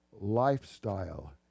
lifestyle